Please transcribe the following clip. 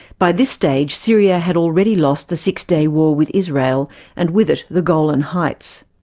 by this stage, syria had already lost the six day war with israel and with it the golan heights.